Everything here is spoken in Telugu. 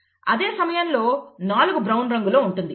అదే సమయంలో 4 బ్రౌన్ రంగులో ఉంటుంది